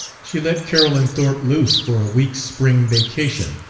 she let carolyn thorpe loose for a week's spring vacation,